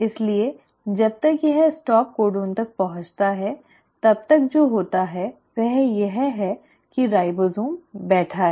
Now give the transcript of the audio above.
इसलिए जब तक यह स्टॉप कोडन तक पहुंचता है तब तक जो होता है वह यह है कि राइबोसोम बैठा है